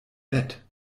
bett